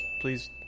Please